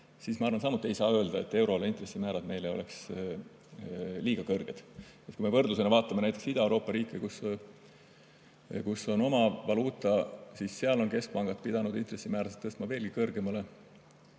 siis ma arvan samuti, et ei saa öelda, et euroala intressimäärad on meile liiga kõrged. Võrdlusena vaatame näiteks Ida-Euroopa riike, kus on oma valuuta. Seal on keskpangad pidanud intressimäärasid tõstma veelgi kõrgemale.